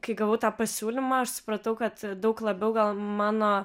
kai gavau tą pasiūlymą aš supratau kad daug labiau gal mano